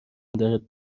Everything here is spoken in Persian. دارد